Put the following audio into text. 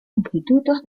institutos